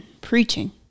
Preaching